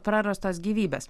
prarastos gyvybės